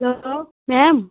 hello ma'am